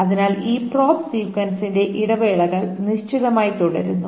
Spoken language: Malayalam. അതിനാൽ ഈ പ്രോബ് സീക്വൻസിന്റെ ഇടവേളകൾ നിശ്ചിതമായി തുടരുന്നു